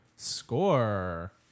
Score